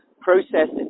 processed